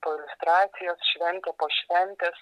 po iliustracijos šventę po šventės